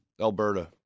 Alberta